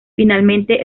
finalmente